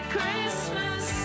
Christmas